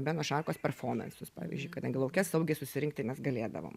beno šarkos performansus pavyzdžiui kadangi lauke saugiai susirinkti mes galėdavom